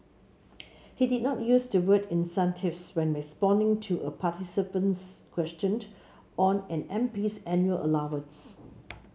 he did not use the word incentives when responding to a participant's question on an MP's annual allowance